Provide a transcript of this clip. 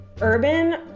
Urban